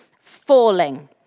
Falling